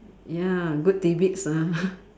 ya good tidbits ah